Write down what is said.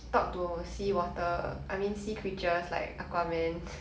talk to seawater I mean sea creatures like aquaman